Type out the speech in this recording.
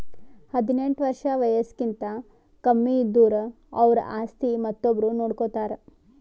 ಹದಿನೆಂಟ್ ವರ್ಷ್ ವಯಸ್ಸ್ಕಿಂತ ಕಮ್ಮಿ ಇದ್ದುರ್ ಅವ್ರ ಆಸ್ತಿ ಮತ್ತೊಬ್ರು ನೋಡ್ಕೋತಾರ್